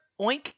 Oink